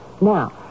Now